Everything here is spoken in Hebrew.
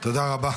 המשפחה שלי עלתה,